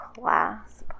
clasp